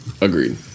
agreed